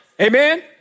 Amen